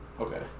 Okay